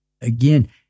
again